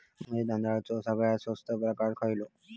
बासमती तांदळाचो सगळ्यात स्वस्त प्रकार खयलो?